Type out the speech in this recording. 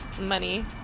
money